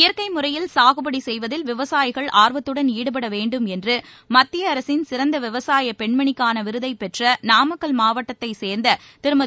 இயற்கை முறையில் சாகுபடி செய்வதில் விவசாயிகள் ஆர்வத்துடன் ஈடுபட வேண்டும் என்று மத்திய அரசின் சிறந்த விவசாயப் பெண்மணிக்கான விருதைப் பெற்ற நாமக்கல் மாவட்டத்தைச் சேர்ந்த திருமதி